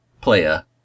player